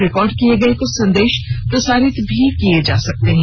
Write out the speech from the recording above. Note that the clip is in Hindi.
रिकार्ड किए गए कुछ संदेश प्रसारित भी किए जा सकते हैं